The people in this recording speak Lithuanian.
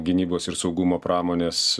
gynybos ir saugumo pramonės